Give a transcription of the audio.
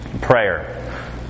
Prayer